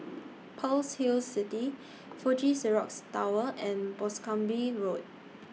Pearl's Hill City Fuji Xerox Tower and Boscombe Road